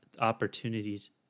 opportunities